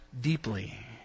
deeply